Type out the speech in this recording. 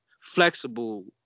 flexible